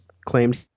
claimed